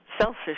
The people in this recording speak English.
selfish